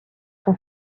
son